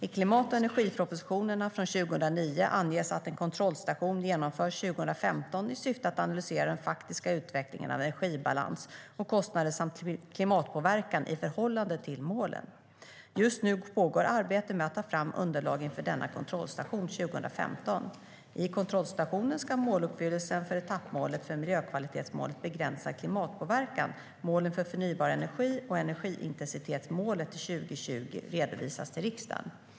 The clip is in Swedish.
I klimat och energipropositionerna från 2009 anges att en kontrollstation genomförs 2015 i syfte att analysera den faktiska utvecklingen av energibalans och kostnader samt klimatpåverkan i förhållande till målen. Just nu pågår arbete med att ta fram underlag inför denna kontrollstation 2015. I kontrollstationen ska måluppfyllelsen för etappmålet för miljökvalitetsmålet Begränsad klimatpåverkan, målen för förnybar energi och energiintensitetsmålet till 2020 redovisas till riksdagen.